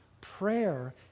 Prayer